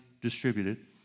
distributed